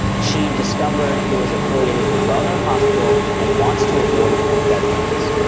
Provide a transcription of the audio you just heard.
she discovered it was affiliated with a well-known hospital and wants to avoid undergrad loans.